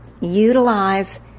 utilize